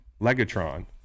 legatron